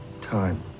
Time